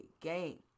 game